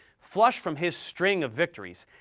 flush from his string of victories,